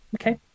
okay